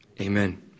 Amen